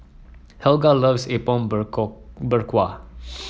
Helga loves Apom Berkuah